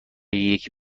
یکی